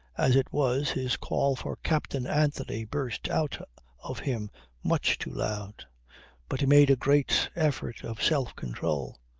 as it was, his call for captain anthony burst out of him much too loud but he made a great effort of self-control.